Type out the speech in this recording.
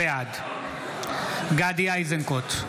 בעד גדי איזנקוט,